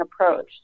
approach